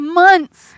months